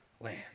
land